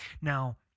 Now